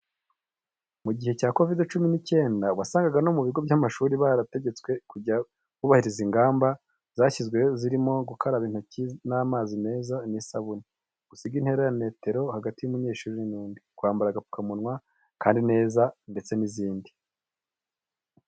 Mu gihe cya Kovide cumi n'icyenda wasangaga no mu bigo by'amashuri barategetswe kujya bubahiriza ingamba zashyizweho zirimo gukaraba intoki n'amazi meza n'isabune, gusiga intera ya metero hagati y'umunyeshuri n'undi, kwambara agapfukamunwa kandi neza ndetse n'izindi.